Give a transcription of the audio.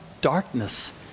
darkness